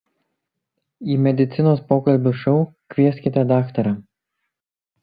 į medicinos pokalbių šou kvieskite daktarą